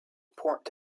port